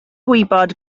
gwybod